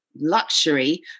luxury